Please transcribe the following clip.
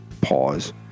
Pause